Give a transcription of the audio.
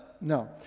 No